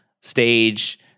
stage